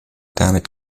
damit